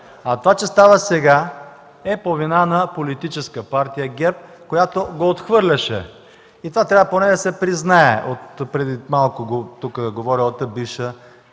А това, че става сега, е по вина на Политическа партия ГЕРБ, която го отхвърляше. И това трябва поне да се признае от преди малко говорилата